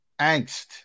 angst